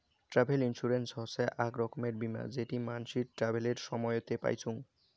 travel insurance হসে আক রকমের বীমা যেটি মানসি ট্রাভেলের সময়তে পাইচুঙ